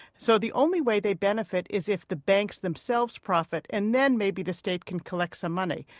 so the only way they benefit is if the banks themselves profit, and then maybe the state can collect some money.